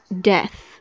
death